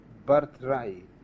birthright